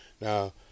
Now